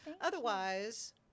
Otherwise